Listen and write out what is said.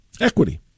Equity